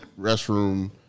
restroom